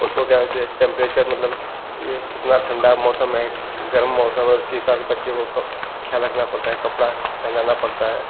उसको ध्यान से टेम्परेचर मतलब यह कितना ठण्डा मौसम है गरम मौसम है उसके हिसाब से बच्चे का ख़्याल रखना पड़ता है कपड़ा पहनाना पड़ता है